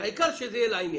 העיקר שזה יהיה לעניין.